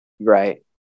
Right